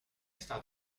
staat